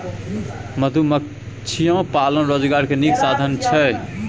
मधुमाछियो पालन रोजगार के नीक साधन छइ